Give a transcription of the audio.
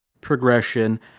progression